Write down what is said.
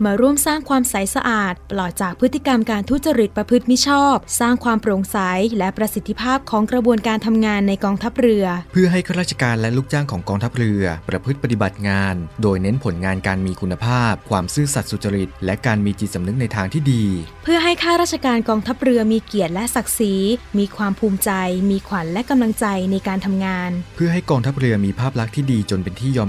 มาร่วมสร้างความใสสะอาด ปลอดจากพฤติกรรมการทุจริตประพฤติมิชอบ สร้างความโปร่งใสและประสิทธิภาพของกระบวนการทำงานในกองทัพเรือเพื่อให้ข้าราชการและลูกจ้างของกองทัพเรือประพฤติปฏิบัติงาน โดยเน้นผลงานการมีคุณภาพ ความซื่อสัตย์สุจริต และการมีจิตสำนึกในทางที่ดีเพื่อให้ข้าราชการกองทัพเรือมีเกียรติและศักดิ์ศรี มีความภูมิใจ มีขวัญและกำลังใจในการทำงานเพื่อให้กองทัพเรือมีภาพลักษณ์ที่ดีจนเป็นที่ยอมรับ